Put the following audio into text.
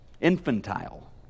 Infantile